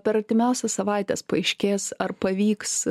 per artimiausias savaites paaiškės ar pavyks